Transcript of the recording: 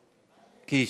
קיש.